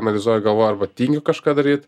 analizuoju galvoju arba tyngiu kažką daryt